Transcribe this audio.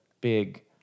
big